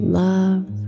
love